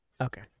Okay